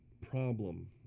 problem